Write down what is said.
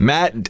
Matt